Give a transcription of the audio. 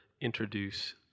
introduce